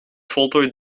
voltooid